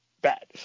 bad